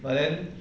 but then